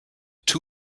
two